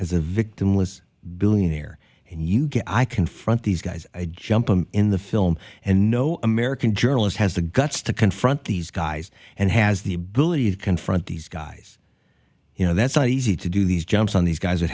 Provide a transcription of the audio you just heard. as a victimless billionaire you get i confront these guys i jump in the film and no american journalist has the guts to confront these guys and has the ability to confront these guys you know that's not easy to do these jumps on these guys are